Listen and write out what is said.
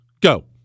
Go